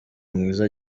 mwiza